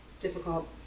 difficult